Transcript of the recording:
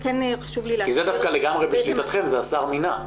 כי זה דווקא לגמרי בשליטתכם, זה השר מינה.